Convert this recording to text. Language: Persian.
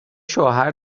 شوهر